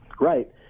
Right